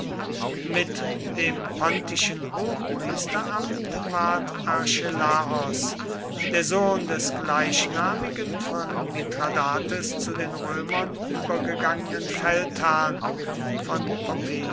mit dem pontischen hochpriesteramt ward archelaos der sohn des gleichnamigen von mithradates zu den römern übergegangenen feldherrn von